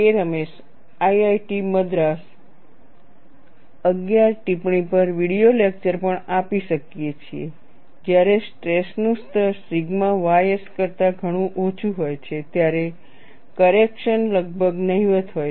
Ramesh IIT Madras 11 ટિપ્પણી પર video lecture પણ આપી શકીએ છીએ જ્યારે સ્ટ્રેસનું સ્તર સિગ્મા ys કરતાં ઘણું ઓછું હોય છે ત્યારે કરેક્શન લગભગ નહિવત્ હોય છે